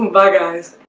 bye guys